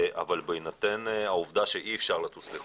אבל בהינתן העובדה שאי אפשר לטוס לחו"ל,